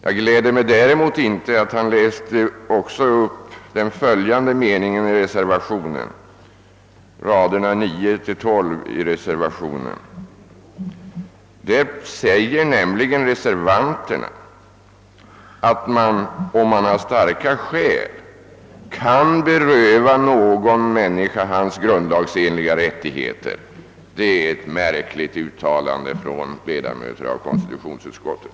Jag är däremot inte glad över att han också läste upp den följande meningen i reservationen, raderna 9—12. Där säger nämligen reservanterna att man, om man har starka skäl, kan beröva en människa hennes grundlagsenliga rättigheter. Det är ett märkligt uttalande av ledamöter i konstitutionsutskottet.